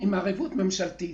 עם ערבות ממשלתית,